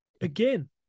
again